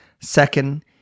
second